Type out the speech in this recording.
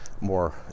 more